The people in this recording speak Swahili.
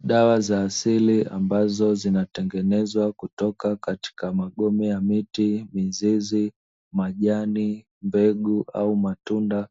Dawa za asili ambazo zinatengenezwa kutoka katika magome ya miti, mizizi, majani, mbegu au matunda